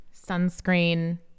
sunscreen